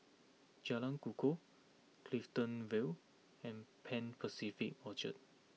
Jalan Kukoh Clifton Vale and Pan Pacific Orchard